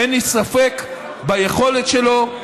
אין לי ספק ביכולת שלו,